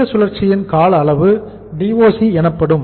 இயற்கை சுழற்சியின் கால அளவு DOC எனப்படும்